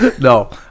No